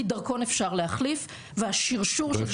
כי דרכון אפשר להחליף אפשר ומחליפים.